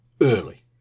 early